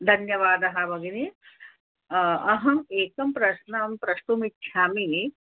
धन्यवादः भगिनी अहम् एकं प्रश्नं प्रष्टुमिच्छामि